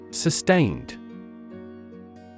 Sustained